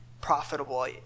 profitable